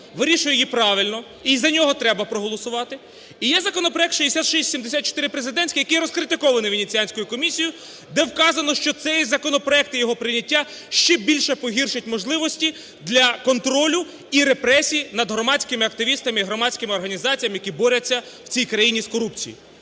вирішує її правильно, і за нього треба проголосувати. І є законопроект 6674 (президентський), який розкритикований Венеціанською комісією, де вказано, що цей законопроект і його прийняття ще більше погіршать можливості для контролю і репресій над громадськими активістами і громадськими організаціями, які борються в цій країні з корупцією.